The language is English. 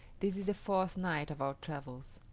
this is the fourth night of our travels.